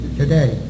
today